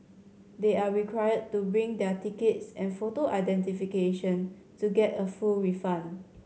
they are required to bring their tickets and photo identification to get a full refund